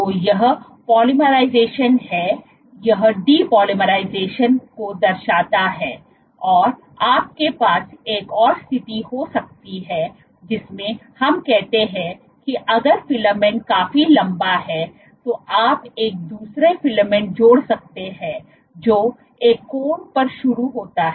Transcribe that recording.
तो यह पोलीमराइज़ेशन है यह डिपोलाइमराइजेशन को दर्शाता है और आपके पास एक और स्थिति हो सकती है जिसमें हम कहते हैं कि अगर फिलामेंट काफी लंबा है तो आप एक दूसरा फिलामेंट जोड़ सकते हैं जो एक कोण पर शुरू होता है